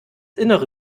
innere